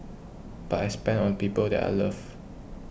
but I spend on people that I love